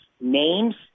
Names